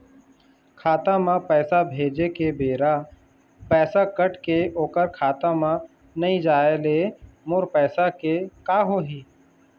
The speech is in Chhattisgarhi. खाता म पैसा भेजे के बेरा पैसा कट के ओकर खाता म नई जाय ले मोर पैसा के का होही?